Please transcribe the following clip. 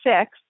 six